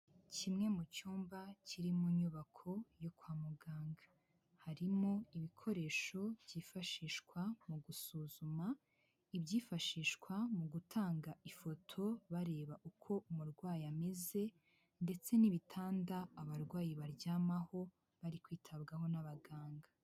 Kimwe mu cyumba kiri mu nyubako yo kwa muganga. Harimo ibikoresho byifashishwa mu gusuzuma, ibyifashishwa mu gutanga ifoto, bareba uko umurwayi ameze, ndetse n'ibitanda abarwayi baryamaho bari kwitabwaho n'abaganga.